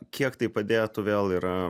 kiek tai padėtų vėl yra